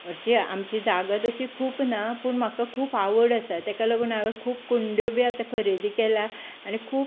हरशीं आमची जागा तशी खूब ना पूण म्हाका खूप आवड आसा तेका लागून हांवे खूब कुंड्यो बी आतां खरेदी केल्यात आनी खूब